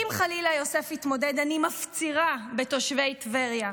אם חלילה יוסף יתמודד, אני מפצירה בתושבי טבריה: